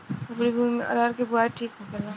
उपरी भूमी में अरहर के बुआई ठीक होखेला?